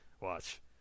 Watch